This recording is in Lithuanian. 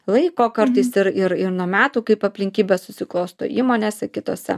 laiko kartais ir ir nuo metų kaip aplinkybės susiklosto įmonėse kitose